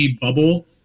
bubble